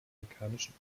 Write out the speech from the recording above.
amerikanischen